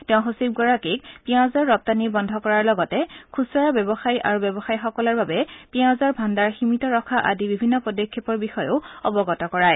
তেওঁ সচিবগৰাকীক পিয়াজৰ ৰপ্তানি বন্ধ কৰাৰ লগতে খুচুৰা ব্যৱসায়ী আৰু ব্যৱসায়ীসকলৰ বাবে পিয়াজৰ ভাণ্ডাৰ সীমিত ৰখা আদি বিভিন্ন পদক্ষেপৰ বিষয়েও অৱগত কৰায়